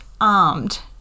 armed